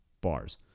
Bars